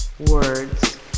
words